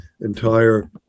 entire